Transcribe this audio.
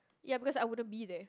ya because I wouldn't be there